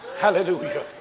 Hallelujah